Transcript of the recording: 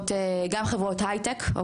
גם חברות הייטק.